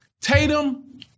Tatum